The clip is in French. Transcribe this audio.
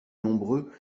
nombreux